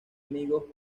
amigos